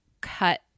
cut